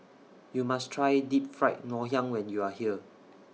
YOU must Try Deep Fried Ngoh Hiang when YOU Are here